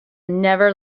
never